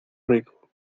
rico